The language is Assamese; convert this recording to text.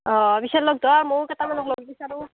অঁ পিছে লগ ধৰ ময়ো কেটামানক লগ বিচাৰোঁ